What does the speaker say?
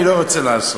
אני לא רוצה לעשות.